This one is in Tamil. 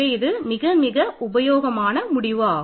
இது மிகவும் உபயோகமான முடிவு ஆகும்